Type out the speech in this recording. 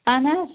اَہَن حظ